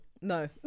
no